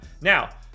Now